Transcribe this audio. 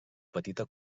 petita